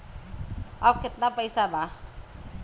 अब कितना पैसा बा?